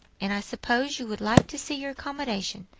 and i suppose you would like to see your accommodation.